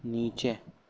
نیچے